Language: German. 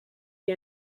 die